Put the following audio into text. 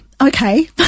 okay